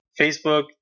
Facebook